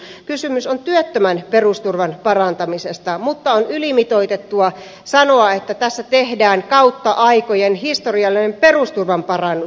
kysymys on työttömän perusturvan parantamisesta mutta on ylimitoitettua sanoa että tässä tehdään kautta aikojen historiallinen perusturvan parannus